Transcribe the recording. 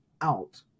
out